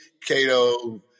Cato